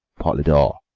polydore,